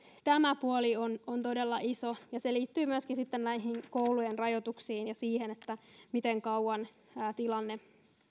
tämä puoli on on todella iso ja se liittyy myöskin sitten näihin koulujen rajoituksiin ja siihen miten kauan tilanne